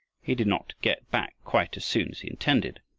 he did not get back quite as soon as he intended,